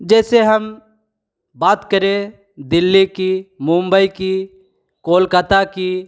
जैसे हम बात करें दिल्ली की मुंबई की कोलकता की